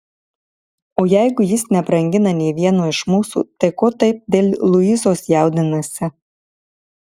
o jeigu jis nebrangina nė vieno iš mūsų tai ko taip dėl luizos jaudinasi